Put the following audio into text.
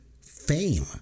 fame